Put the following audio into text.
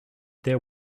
there